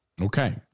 Okay